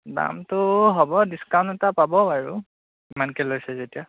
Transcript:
দামটো হ'ব ডিস্কাউণ্ট এটা পাব বাৰু ইমানকৈ লৈছে যেতিয়া